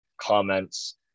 comments